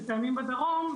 שקיימים בדרום,